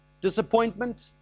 disappointment